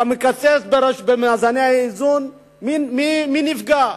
אתה מקצץ במאזני האיזון, מי נפגע?